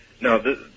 No